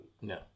No